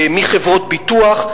מחברות ביטוח,